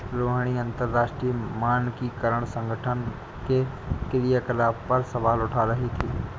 रोहिणी अंतरराष्ट्रीय मानकीकरण संगठन के क्रियाकलाप पर सवाल उठा रही थी